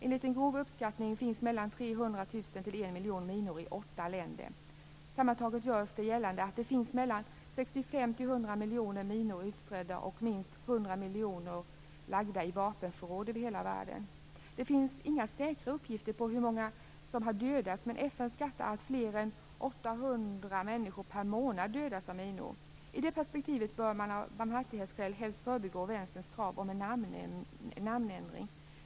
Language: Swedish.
Enligt en grov uppskattning finns mellan 300 000 och 1 miljon minor i åtta länder. Sammantaget görs gällande att det finns 65-100 miljoner minor utströdda och minst 100 miljoner lagda i vapenförråd över hela världen. Det finns inga säkra uppgifter på hur många som har dödats, men FN skattar att fler än 800 människor per månad dödas av minor. I det perspektivet bör man av barmhärtighetsskäl helst förbigå Vänsterns krav om en namnändring.